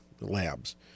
Labs